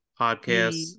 podcasts